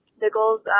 Nichols